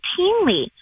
routinely